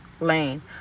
lane